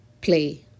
play